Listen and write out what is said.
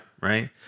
right